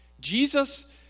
Jesus